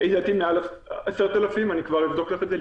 לפי דעתי מעל 10,000, אני כבר אבדוק לך את זה.